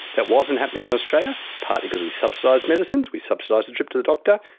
that wasn't happening in australia, partly because we subsidised medicines, we subsidised the trip to the doctor,